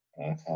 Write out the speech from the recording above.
Okay